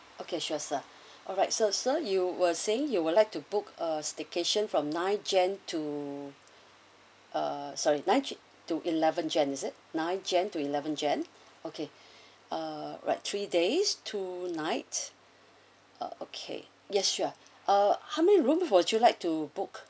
okay sure sir alright so sir you were saying you would like to book a staycation from nine jan to uh sorry nine to eleven jan is it nine jan to eleven jan okay uh right three days two night ah okay yes sure uh how many room would you like to book